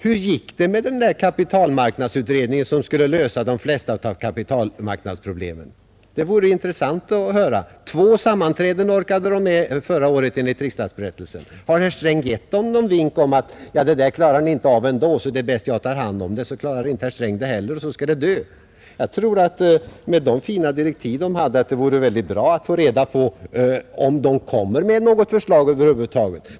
Hur gick det med kapitalmarknadsutredningen som skulle lösa de flesta kapitalmarknadsproblemen? Det vore intressant att få höra. Två sammanträden orkade den med förra året, enligt riksdagsberättelsen. Har herr Sträng gett den någon vink om att den ändå inte klarar sitt uppdrag och att det är bäst att han själv tar hand om saken? Och så klarar inte herr Sträng den heller, och så kan saken dö. Jag tror att det med de fina direktiv utredningen hade vore bra att få reda på om den kommer med något förslag över huvud taget.